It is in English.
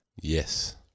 Yes